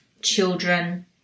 children